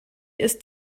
ist